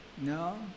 No